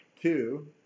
two